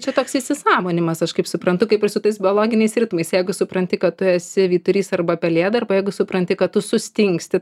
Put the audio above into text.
čia toks įsisąmonimas aš kaip suprantu kaip ir su tais biologiniais ritmais jeigu supranti kad tu esi vyturys arba pelėda arba jeigu supranti kad tu sustingsti